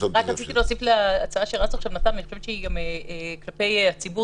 רציתי להוסיף להצעה --- היא חשובה גם כלפי הציבור